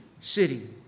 city